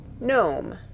Gnome